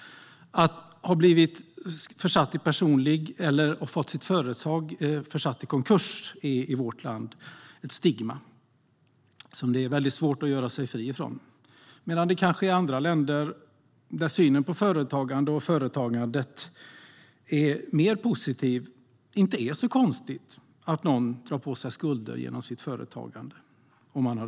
Att ha blivit försatt i personlig konkurs eller ha fått sitt företag försatt i konkurs är i vårt land ett stigma som det är svårt att göra sig fri från medan det i andra länder, där synen på företagare och företagande är mer positiv, inte är så konstigt att någon har oturen att dra på sig skulder genom sitt företagande.